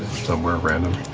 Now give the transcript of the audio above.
somewhere random?